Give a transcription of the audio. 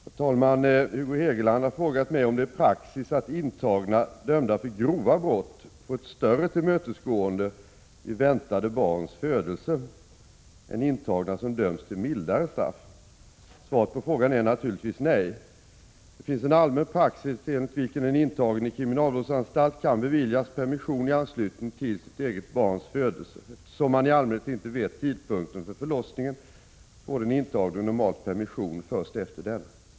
Herr talman! Hugo Hegeland har frågat mig om det är praxis att intagna, dömda för grova brott, får ett större tillmötesgående vid väntade barns födelse än intagna som dömts till mildare straff. Svaret på frågan är naturligtvis nej. Det finns en allmän praxis enligt vilken en intagen i kriminalvårdsanstalt kan beviljas permission i anslutning till eget barns födelse. Eftersom man i allmänhet inte vet tidpunkten för förlossningen, får den intagne normalt permission först efter denna.